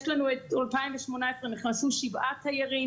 יש לנו את 2018 שנכנסו שבעה תיירים,